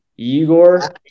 Igor